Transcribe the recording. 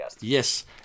Yes